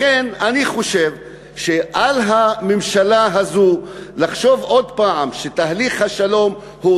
לכן אני חושב שעל הממשלה הזו לחשוב עוד הפעם שתהליך השלום הוא